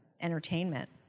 entertainment